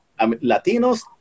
Latinos